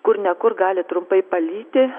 kur ne kur gali trumpai palyti